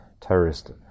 terrorist